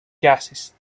gases